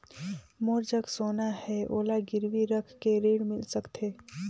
मोर जग सोना है ओला गिरवी रख के ऋण मिल सकथे?